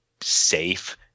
safe